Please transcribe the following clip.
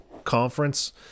conference